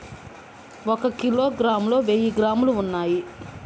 ఒక కిలోగ్రామ్ లో వెయ్యి గ్రాములు ఉన్నాయి